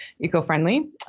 eco-friendly